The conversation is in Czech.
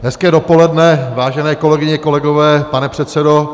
Hezké dopoledne, vážené kolegyně, kolegové, pane předsedo.